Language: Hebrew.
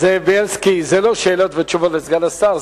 זאב בילסקי, זה לא שאלות ותשובות לסגן השר.